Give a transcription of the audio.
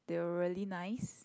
they were really nice